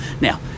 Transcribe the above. Now